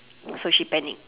so she panic